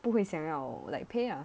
不会想要 like pay ah